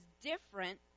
different